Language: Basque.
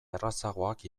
errazagoak